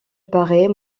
paraît